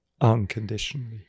unconditionally